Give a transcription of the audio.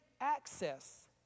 access